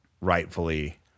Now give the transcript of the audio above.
rightfully